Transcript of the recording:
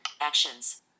Actions